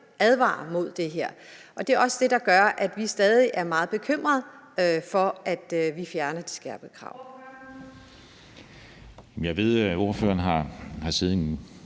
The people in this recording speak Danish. advarer mod det her. Det er også det, der gør, at vi stadig er meget bekymrede for, at vi fjerner de skærpede krav.